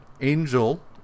Angel